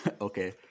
Okay